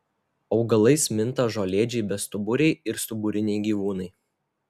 augalais minta žolėdžiai bestuburiai ir stuburiniai gyvūnai